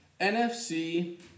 NFC